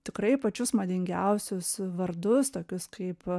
tikrai pačius madingiausius vardus tokius kaip